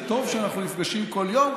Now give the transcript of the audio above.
וטוב שאנחנו נפגשים כל יום,